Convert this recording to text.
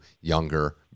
younger